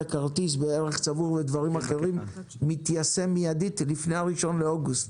הכרטיס בערך צבור ודברים אחרים מיושם מידית לפני 1 באוגוסט.